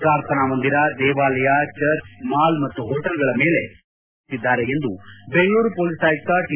ಪ್ರಾರ್ಥನಾ ಮಂದಿರಾ ದೇವಾಲಯ ಚರ್ಚ್ ಮಾಲ್ ಮತ್ತು ಹೋಟೆಲ್ಗಳ ಮೇಲೆ ಹೊಲೀಸರು ನಿಗಾವಹಿಸಿದ್ದಾರೆ ಎಂದು ಬೆಂಗಳೂರು ಪೊಲೀಸ್ ಆಯುಕ್ತ ಟಿ